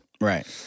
Right